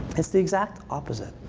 it's the exact opposite.